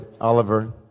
Oliver